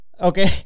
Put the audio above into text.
okay